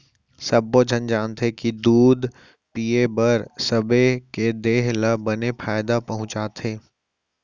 सब्बो झन जानथें कि दूद पिए हर सबे के देह ल बने फायदा पहुँचाथे